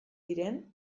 diren